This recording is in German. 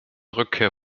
rückkehr